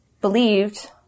believed